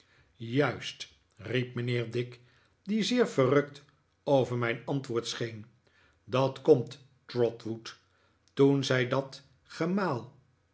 juist riep mijnheer dick die zeer verrukt over mijn antwoord scheen dat komt trotwood toen zij dat gemaal